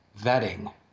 vetting